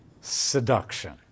seduction